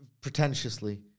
pretentiously